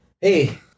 Hey